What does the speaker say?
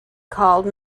called